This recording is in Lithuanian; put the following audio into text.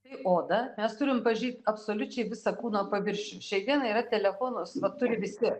tai oda mes turim pažint absoliučiai visą kūno paviršių šiai dienai yra telefonus vat turi visi